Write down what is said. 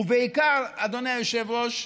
אדוני היושב-ראש,